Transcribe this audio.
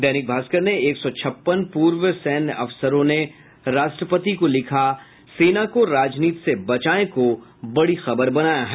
दैनिक भास्कर ने एक सौ छप्पन पूर्व सैन्य अफसरों ने राष्ट्रपति को लिखा सेना को राजनीति से बचायें को बड़ी खबर बनाया है